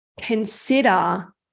consider